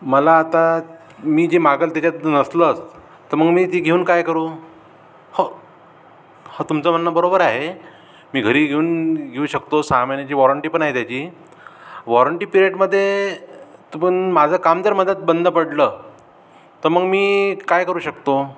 मला आता मी जे मागेल त्याच्यात नसलंच तर मग मी ती घेऊन काय करू हो हो तुमचं म्हणनं बरोबर आहे मी घरी घेऊन घेऊ शकतो सहा महिन्याची वॉरंटी पण आहे त्याची वॉरंटी पिरियडमध्ये त पण माझं काम जर मध्यात बंद पडलं तर मग मी काय करू शकतो